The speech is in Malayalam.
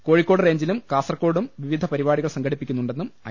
കോഴിക്കോട് റേഞ്ചിലും കാസർകോടും വിവിധ പരിപാടികൾ സംഘടിപ്പിക്കുന്നുണ്ടെന്നും ഐ